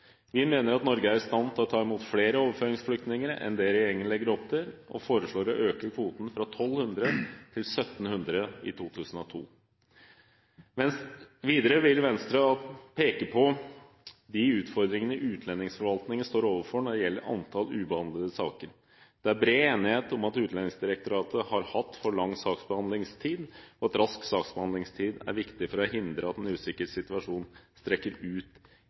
enn det regjeringen legger opp til, og foreslår å øke kvoten fra 1 200 til 1 700 i 2012. Videre vil Venstre peke på de utfordringene utlendingsforvaltningen står overfor når det gjelder antallet ubehandlede saker. Det er bred enighet om at Utlendingsdirektoratet har hatt for lang saksbehandlingstid, og at rask saksbehandlingstid er viktig for å hindre at en usikker situasjon strekker ut